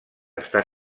està